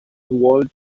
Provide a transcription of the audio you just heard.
wall